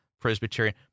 Presbyterian